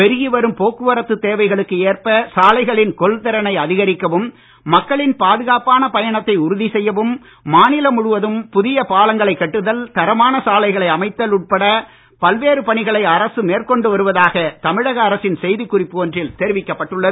பெருகி வரும் போக்குவரத்து தேவைகளுக்கு ஏற்ப சாலைகளின் கொள்திறனை அதிகரிக்கவும் மக்களின் பாதுகாப்பான பயணத்தை உறுதி செய்யவும் மாநிலம் முழுவதும் புதிய பாலங்களைக் கட்டுதல் தரமான சாலைகளை அமைத்தல் உட்பட பல்வேறு பணிகளை அரசு மேற்கொண்டு வருவதாக தமிழக அரசின் செய்திக் குறிப்பு ஒன்றில் தெரிவிக்கப்பட்டு உள்ளது